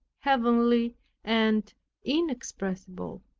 heavenly and inexpressible.